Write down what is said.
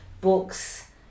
books